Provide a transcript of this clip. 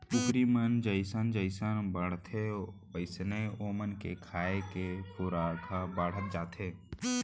कुकरी मन जइसन जइसन बाढ़थें वोइसने ओमन के खाए के खुराक ह बाढ़त जाथे